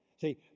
See